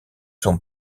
son